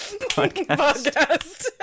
podcast